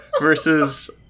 versus